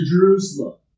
Jerusalem